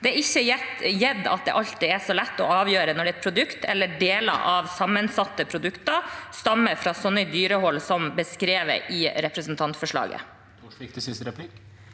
Det er ikke gitt at det alltid er så lett å avgjøre når et produkt eller deler av et sammensatt produkt stammer fra sånne dyrehold som beskrevet i representantforslaget.